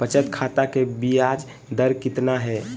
बचत खाता के बियाज दर कितना है?